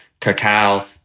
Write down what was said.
cacao